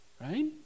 right